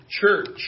church